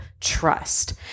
trust